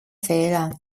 fehler